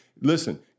listen